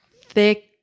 thick